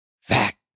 Fact